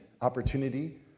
opportunity